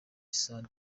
san